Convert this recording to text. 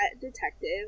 detective